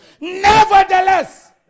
Nevertheless